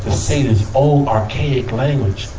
say this old, archaic language.